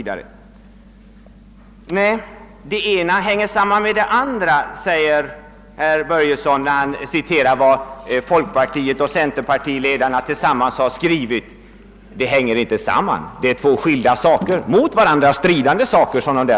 Det ena hänger samman med det andra, säger herr Börjesson i Glömminge när han citerar vad folkpartioch centerpartiledarna tillsammans har skrivit. Det hänger inte samman; det är två mot varandra stridande saker.